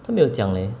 他没有讲 leh